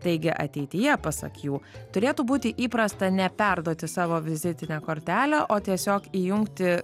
teigia ateityje pasak jų turėtų būti įprasta neperduoti savo vizitinę kortelę o tiesiog įjungti